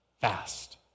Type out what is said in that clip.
fast